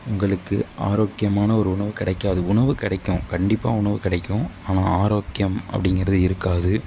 உங்களுக்கு ஆரோக்கியமான ஒரு உணவு கிடைக்காது உணவு கிடைக்கும் கண்டிப்பாக உணவு கிடைக்கும் ஆனால் ஆரோக்கியம் அப்படிங்குறது இருக்காது